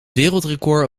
wereldrecord